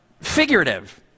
figurative